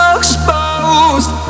exposed